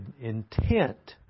intent